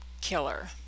killer